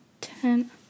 ten